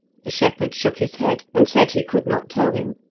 the shepherd shook his head, and said he could not tell him,